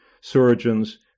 surgeons